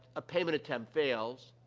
ah, payment attempt fails